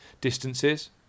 distances